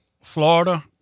Florida